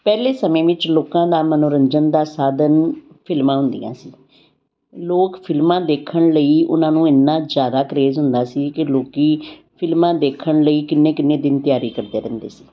ਪਹਿਲੇ ਸਮੇਂ ਵਿੱਚ ਲੋਕਾਂ ਦਾ ਮਨੋਰੰਜਨ ਦਾ ਸਾਧਨ ਫਿਲਮਾਂ ਹੁੰਦੀਆਂ ਸੀ ਲੋਕ ਫਿਲਮਾਂ ਦੇਖਣ ਲਈ ਉਹਨਾਂ ਨੂੰ ਇੰਨਾ ਜ਼ਿਆਦਾ ਕਰੇਜ਼ ਹੁੰਦਾ ਸੀ ਕਿ ਲੋਕ ਫਿਲਮਾਂ ਦੇਖਣ ਲਈ ਕਿੰਨੇ ਕਿੰਨੇ ਦਿਨ ਤਿਆਰੀ ਕਰਦੇ ਰਹਿੰਦੇ ਸੀ